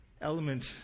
element